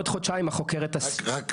אמרה